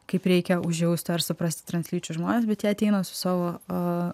kaip reikia užjausti ar suprasti translyčius žmones bet jie ateina su savo o